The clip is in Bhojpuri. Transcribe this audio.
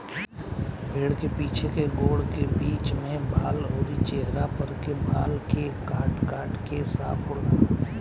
भेड़ के पीछे के गोड़ के बीच में बाल अउरी चेहरा पर के बाल के काट काट के साफ होला